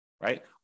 right